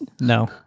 no